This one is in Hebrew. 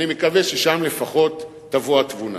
אני מקווה שמשם לפחות תבוא התבונה.